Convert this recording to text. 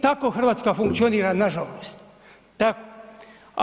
Tako Hrvatska funkcionira nažalost, da.